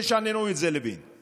תשננו את זה, לוין.